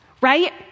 right